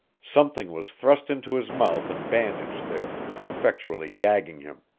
something was thrust into his mouth and bandaged there, effectually gagging him.